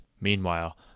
Meanwhile